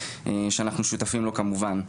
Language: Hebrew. שאנחנו שותפים לו כמובן.